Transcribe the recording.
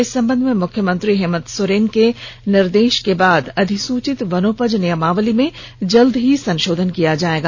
इस संबंध में मुख्यमंत्री हेमंत सोरेन के निर्देश के बाद अधिसूचित वनोपज नियमावली में जल्द ही संशोधन किया जाएगा